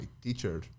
teacher